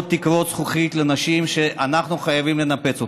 תקרות זכוכית לנשים שאנחנו חייבים לנפץ אותן.